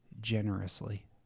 generously